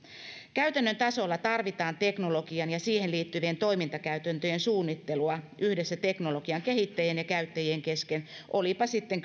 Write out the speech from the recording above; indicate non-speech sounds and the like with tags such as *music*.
käytännön tasolla tarvitaan teknologian ja siihen liittyvien toimintakäytäntöjen suunnittelua yhdessä teknologian kehittäjien ja käyttäjien kesken olipa sitten *unintelligible*